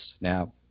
Now